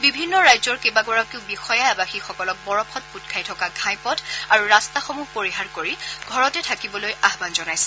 বিভিন্ন ৰাজ্যৰ কেইবাগৰাকীও বিষয়াই আবাসীসকলক বৰফত পোত খাই থকা ঘাইপথ আৰু ৰাষ্টাসমূহ পৰিহাৰ কৰি ঘৰতে থাকিবলৈ আহ্নান জনাইছে